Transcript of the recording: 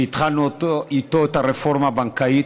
שהתחלנו איתו את הרפורמה הבנקאית,